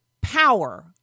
power